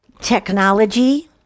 technology